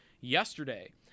yesterday